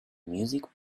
music